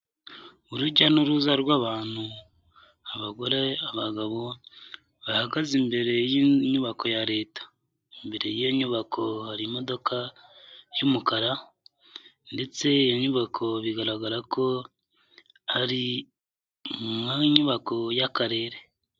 Urujya n'uruza rw'abantu abagore, abagabo bahagaze imbere y'inyubako ya Leta, imbere y'iyo nyubako hari imodoka y'umukara ndetse iyo nyubako bigaragara ko ari mu nyubako y'Akarere.